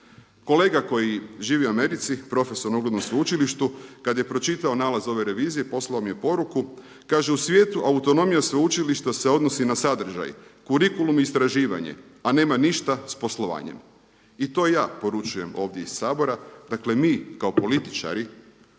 Kolega koji živi u Americi, profesor na uglednom sveučilištu, kad je pročitao nalaz ove revizije poslao mi je poruku. Kaže u svijetu autonomija sveučilišta se odnosi na sadržaj, kurikulum i istraživanje, a nema ništa s poslovanje. I to i ja poručujem ovdje iz Sabora. Dakle, mi kao političari,